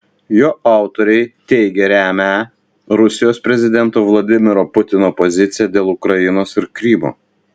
jo autoriai teigia remią rusijos prezidento vladimiro putino poziciją dėl ukrainos ir krymo